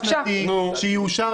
נו?